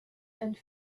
and